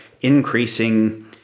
increasing